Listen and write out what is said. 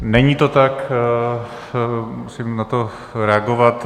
Není to tak, musím na to reagovat.